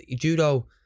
judo